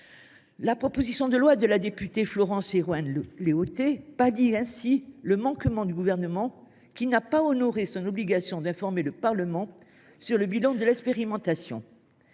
La proposition de loi de la députée Florence Herouin Léautey pallie ainsi les manquements du Gouvernement, qui n’a pas honoré son obligation d’informer le Parlement sur le bilan de l’expérimentation.